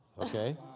Okay